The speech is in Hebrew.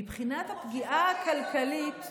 מבחינת הפגיעה הכלכלית,